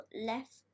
left